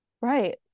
Right